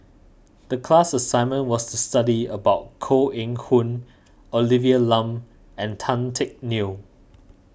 the class assignment was to study about Koh Eng Hoon Olivia Lum and Tan Teck Neo